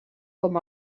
com